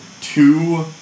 two